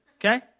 okay